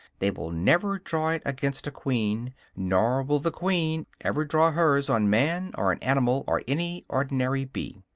they will never draw it against a queen nor will the queen ever draw hers on man, or an animal or any ordinary bee.